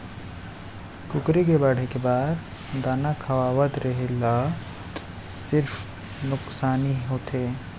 कुकरी के बाड़हे के बाद दाना खवावत रेहे ल सिरिफ नुकसानी होथे